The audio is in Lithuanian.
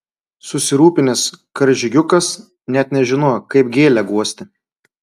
susirūpinęs karžygiukas net nežinojo kaip gėlę guosti